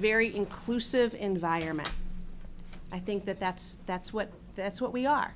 very inclusive environment i think that that's that's what that's what we are